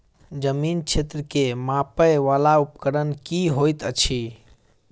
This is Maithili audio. जमीन क्षेत्र केँ मापय वला उपकरण की होइत अछि?